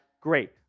Great